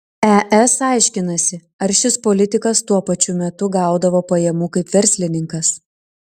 es aiškinasi ar šis politikas tuo pačiu metu gaudavo pajamų kaip verslininkas